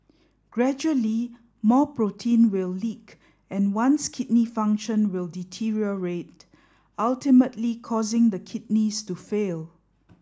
gradually more protein will leak and one's kidney function will deteriorate ultimately causing the kidneys to fail